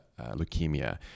leukemia